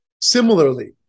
Similarly